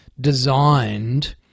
designed